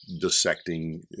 dissecting